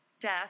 Death